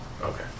Okay